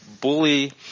bully